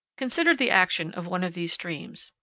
consider the action of one of these streams.